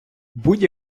будь